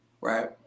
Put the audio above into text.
right